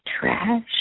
trash